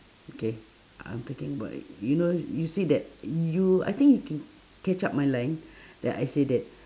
okay I'm talking about you know you say that you I think you can catch up my life that I say that